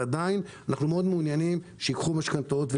ועדיין אנחנו מעוניינים מאוד שייקחו משכנתאות.